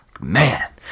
Man